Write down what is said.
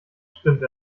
stimmt